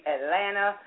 Atlanta